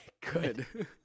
Good